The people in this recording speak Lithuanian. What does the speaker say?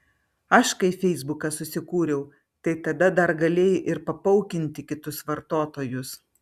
aš kai feisbuką susikūriau tai tada dar galėjai ir papaukinti kitus vartotojus